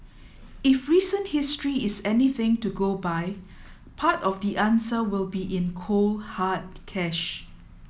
if recent history is anything to go by part of the answer will be in cold hard cash